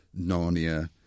Narnia